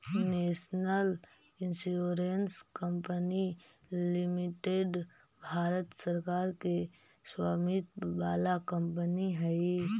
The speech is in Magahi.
national insurance company limited Bharat सरकार के स्वामित्व वाला कंपनी हई